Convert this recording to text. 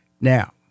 Now